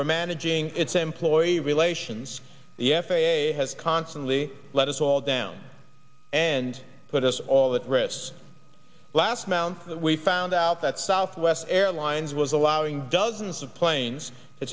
or managing its employee relations the f a a has constantly let us all down and put us all that wrist last mounth that we found out that southwest airlines was allowing dozens of planes to